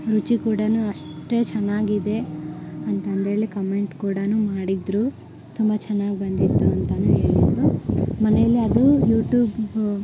ರುಚಿ ಕೂಡ ಅಷ್ಟೇ ಚೆನ್ನಾಗಿದೆ ಅಂತಂದೇಳಿ ಕಮೆಂಟ್ ಕೂಡ ಮಾಡಿದ್ರು ತುಂಬ ಚೆನ್ನಾಗ್ ಬಂದಿತ್ತು ಅಂತನೂ ಹೇಳಿದ್ರು ಮನೆಯಲ್ಲಿ ಅದೂ ಯೂಟೂಬ್